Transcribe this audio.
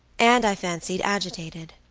and, i fancied, agitated.